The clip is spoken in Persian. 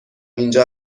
اینجا